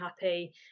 happy